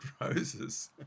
roses